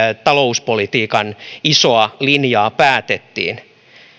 talouspolitiikan isoa linjaa päätettiin